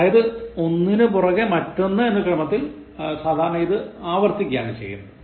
അതായത് ഒന്നിനു പിറകെ മറ്റൊന്ന് എന്ന ക്രമത്തിൽ സാധാരണ ഇത് ആവർത്തിക്കുകയാണ് ചെയ്യുന്നത്